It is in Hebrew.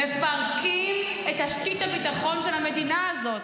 מפרקים את תשתית הביטחון של המדינה הזאת.